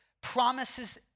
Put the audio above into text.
promises